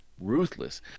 ruthless